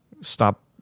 Stop